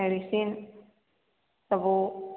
medicine ସବୁ